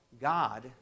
God